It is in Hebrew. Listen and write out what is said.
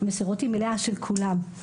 המסירות היא מלאה של כולם.